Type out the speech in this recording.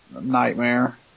nightmare